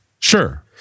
Sure